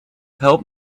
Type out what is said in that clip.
help